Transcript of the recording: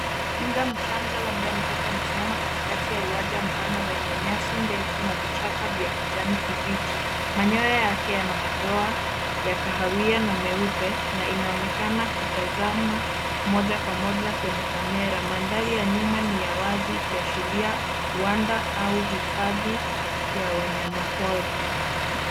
Twiga mchanga labda mtoto amesimama katikati ya uwanja mpana wenye nyasi ndefu na vichaka vya kijani kibichi. Manyoya yake yana madoa ya kahawia na meupe, na inaonekana kutazama moja kwa moja kwenye kamera. Mandhari ya nyuma ni ya wazi ikiashiria uwanda au hifadhi ya wanyamapori.